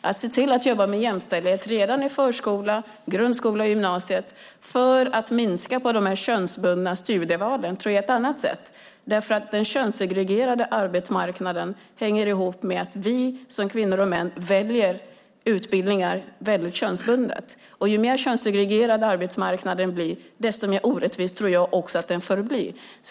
Att se till att jobba med jämställdhet redan i förskolan, grundskolan och gymnasiet för att minska könsbundna studieval tror jag är ett annat sätt. Den könssegregerade arbetsmarknaden hänger ihop med att vi som kvinnor och män väljer utbildningar väldigt könsbundet. Ju mer könssegregerad arbetsmarknaden blir, desto mer orättvis tror jag att den förblir.